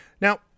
Now